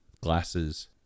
glasses